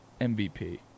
MVP